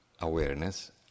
awareness